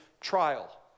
trial